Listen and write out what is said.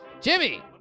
Jimmy